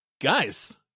guys